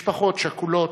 משפחות שכולות,